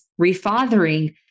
refathering